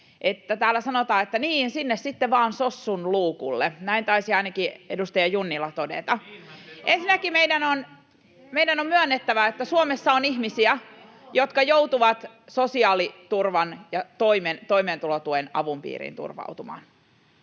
täällä sanotaan, että niin, sinne sitten vaan sossun luukulle. Näin taisi ainakin edustaja Junnila todeta. [Perussuomalaisten ryhmästä: Niinhän te sanoitte!] Ensinnäkin meidän on myönnettävä, että Suomessa on ihmisiä, jotka joutuvat sosiaaliturvan ja toimeentulotuen avun piiriin turvautumaan.